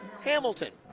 Hamilton